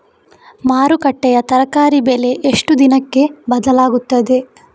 ಮಾರುಕಟ್ಟೆಯ ತರಕಾರಿ ಬೆಲೆ ಎಷ್ಟು ದಿನಕ್ಕೆ ಬದಲಾಗುತ್ತದೆ?